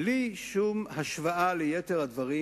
בלי שום השוואה ליתר הדברים,